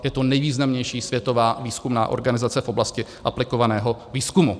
Je to nejvýznamnější světová výzkumná organizace v oblasti aplikovaného výzkumu.